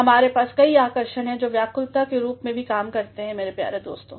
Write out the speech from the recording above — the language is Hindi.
हमारे पास कई आकर्षण हैं जोव्याकुलताके रूप में भी काम करते हैं मेरे प्रिय दोस्तों